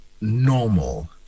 normal